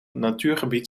natuurgebied